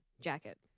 jacket